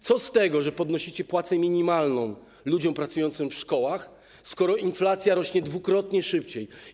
Co z tego, że podnosicie płacę minimalną ludziom pracującym w szkołach, skoro inflacja rośnie dwukrotnie szybciej?